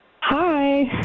Hi